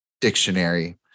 Dictionary